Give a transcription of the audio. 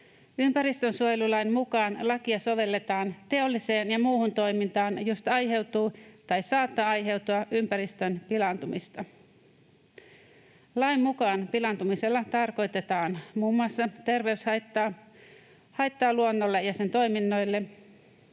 Ympäristönsuojelulain mukaan lakia sovelletaan teolliseen ja muuhun toimintaan, josta aiheutuu tai saattaa aiheutua ympäristön pilaantumista. Lain mukaan pilaantumisella tarkoitetaan muun muassa terveyshaittaa, haittaa luonnolle ja sen toiminnoille,